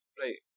right